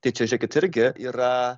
tai čia žiūrėkit irgi yra